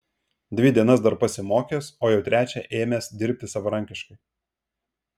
dvi dienas dar pasimokęs o jau trečią ėmęs dirbti savarankiškai